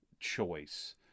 choice